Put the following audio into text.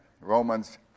Romans